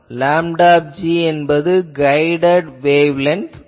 λg என்பது guided wavelength என்பதாகும்